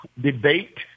debate